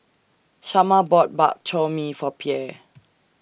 Shamar bought Bak Chor Mee For Pierre